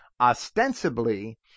ostensibly